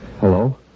Hello